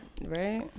Right